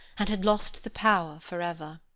and had lost the power for ever.